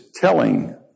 telling